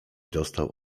dostał